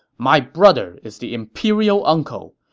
my brother is the imperial uncle.